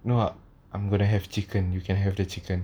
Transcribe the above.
no I I'm gonna have chicken you can have the chicken